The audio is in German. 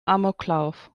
amoklauf